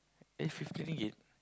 eh fifty ringgit